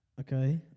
Okay